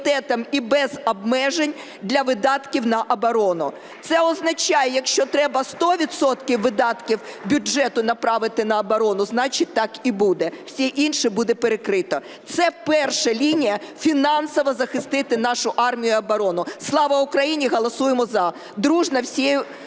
і без обмежень для видатків на оборону. Це означає, якщо треба 100 відсотків видатків бюджету направити на оборону – значить, так і буде, всі інші буде перекрито. Це перша лінія фінансово захистити нашу армію і оборону. Слава Україні! І голосуємо "за" дружно всім